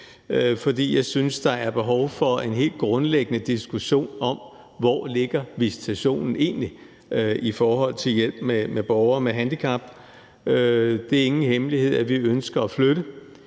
jeg synes, der er behov for en helt grundlæggende diskussion om, hvor visitationen egentlig ligger i forhold til hjælp til borgere med handicap. Det er ingen hemmelighed, at vi ønsker at flytte